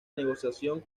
negociación